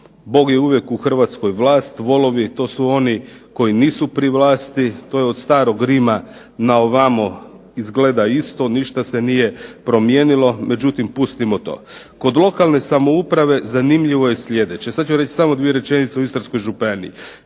Bog je uvijek u Hrvatskoj vlasti, volovi to su oni koji nisu pri vlasti, to je od starog Rima na ovamo izgleda isto, ništa se nije promijenimo, međutim, pustimo to. Kod lokalne samouprave, zanimljivo je sljedeće, sada ću reći samo dvije rečenice o Istarskoj županiji.